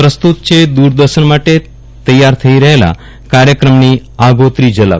પ્રસ્તુત છે દુરદર્ષન માટે તૈયાર થઈ રહેલા કાર્યક્રમની આગોતરી ઝલક